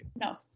No